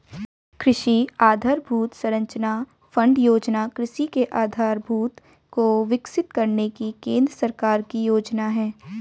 कृषि आधरभूत संरचना फण्ड योजना कृषि के आधारभूत को विकसित करने की केंद्र सरकार की योजना है